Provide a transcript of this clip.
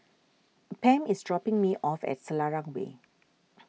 Pam is dropping me off at Selarang Way